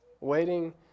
waiting